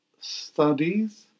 studies